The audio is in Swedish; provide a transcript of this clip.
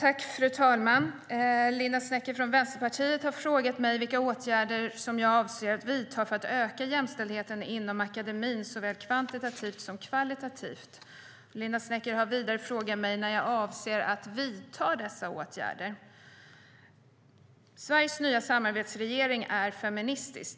Fru talman! Linda Snecker från Vänsterpartiet har frågat mig vilka åtgärder jag avser att vidta för att öka jämställdheten inom akademin såväl kvantitativt som kvalitativt. Linda Snecker har vidare frågat mig när jag avser att vidta dessa åtgärder. Sveriges nya samarbetsregering är feministisk.